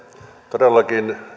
todellakin